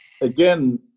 again